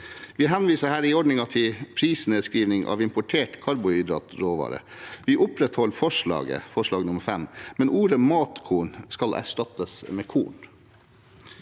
Vi henviser her til ordningen med prisnedskrivning av importert karbohydratråvare. Vi opprettholder forslag nr. 5, men ordet «matkorn» skal erstattes med «korn».